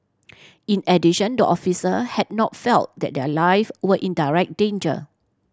in addition the officer had not felt that their life were in direct danger